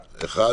אחד.